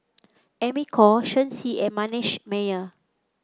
Amy Khor Shen Xi and Manasseh Meyer